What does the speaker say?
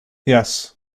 yes